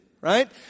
Right